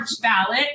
ballot